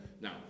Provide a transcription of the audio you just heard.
Now